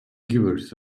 givers